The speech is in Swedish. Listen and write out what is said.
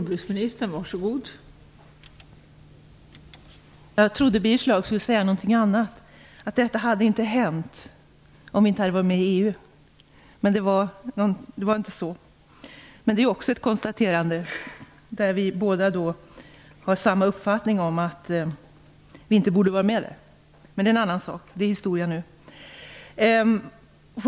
Fru talman! Jag trodde att Birger Schlaug skulle säga någonting annat, att detta inte hade hänt om vi inte hade varit med i EU. Men han sade inte så. Det är också ett konstaterande där vi båda har samma uppfattning, att vi inte borde vara med. Men det är en annan sak. Det är historia nu.